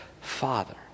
Father